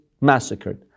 massacred